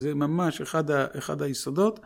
‫זה ממש אחד היסודות.